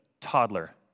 toddler